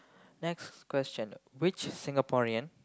next question which Singaporean